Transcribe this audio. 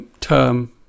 Term